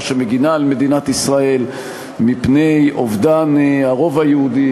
שמגינה על מדינת ישראל מפני אובדן הרוב היהודי,